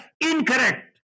Incorrect